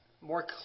more